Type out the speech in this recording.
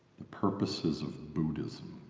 the purposes of buddhism.